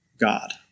God